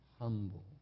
humble